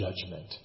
judgment